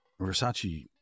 Versace